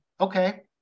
okay